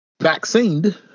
vaccinated